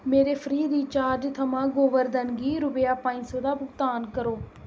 मेरे free recharge थमां गोवर्धन गी रुपेआ पंज सौ दा भुगतान करो